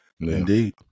Indeed